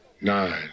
Nine